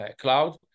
cloud